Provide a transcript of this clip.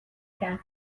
کرد